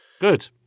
Good